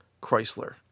Chrysler